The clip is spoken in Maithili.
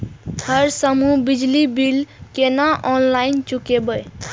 सर हमू बिजली बील केना ऑनलाईन चुकेबे?